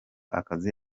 akazi